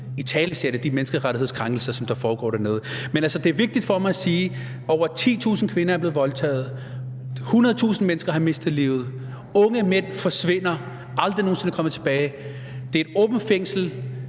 italesætte de menneskerettighedskrænkelser, som der foregår dernede. Men, altså, det er vigtigt for mig at sige, at over 10.000 kvinder er blevet voldtaget, 100.000 mennesker har mistet livet, unge mænd er forsvundet og er aldrig nogen sinde kommet tilbage, det er et åbent fængsel,